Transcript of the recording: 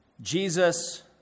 Jesus